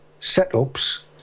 setups